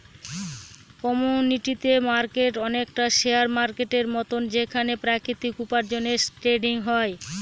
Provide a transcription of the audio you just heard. commodity market অনেকটা share মার্কেটের মতন যেখানে প্রাকৃতিক উপার্জনের ট্রেডিং হয়